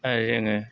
आरो जोङो